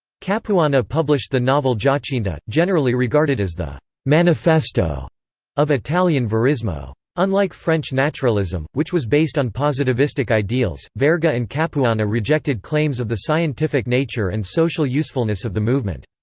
capuana published the novel giacinta, generally regarded as the manifesto of italian verismo. unlike french naturalism, which was based on positivistic ideals, verga and capuana rejected claims of the scientific nature and social usefulness of the movement.